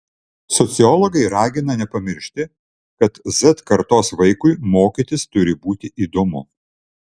sociologai ragina nepamiršti kad z kartos vaikui mokytis turi būti įdomu